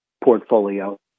portfolio